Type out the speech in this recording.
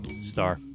star